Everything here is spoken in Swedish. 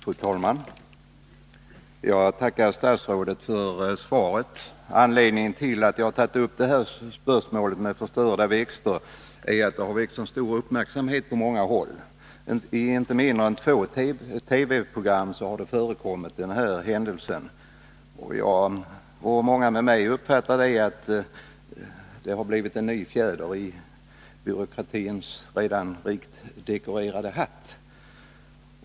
Fru talman! Jag tackar statsrådet för svaret. Anledningen till att jag tagit upp spörsmålet med förstörda växter är att det väckt mycket stor uppmärksamhet på många håll. I inte mindre än två TV-program har den här händelsen berörts. Jag och många med mig uppfattar det hela så att det blivit en ny fjäder i byråkratins redan rikt dekorerade hatt.